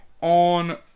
on